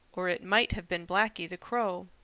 or it might have been blacky the crow.